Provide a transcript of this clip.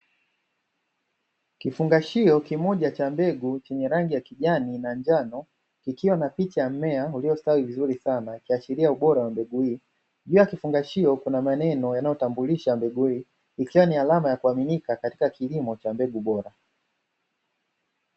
Kifungashio kimoja cha mbegu chenye rangi ya kijani na njano, kikiwa na picha ya mmea uliostawi vizuri sana, ikiashiria ubora wa mbegu hii. Juu ya kifungashio kuna maneno yanayotambulisha mbegu hii, ikiwa ni alama ya kuaminika katika kilimo cha mbegu bora.